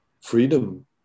freedom